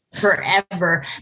forever